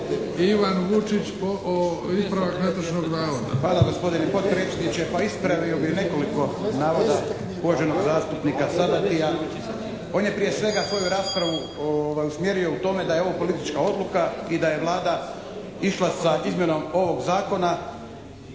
**Vučić, Ivan (HDZ)** Hvala gospodine potpredsjedniče. Pa ispravio bih nekoliko navoda uvaženog zastupnika Sabatija. On je prije svega svoju raspravu usmjerio u tome da je ovo politička odluka i da je Vlada išla sa izmjenom ovog Zakona